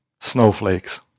snowflakes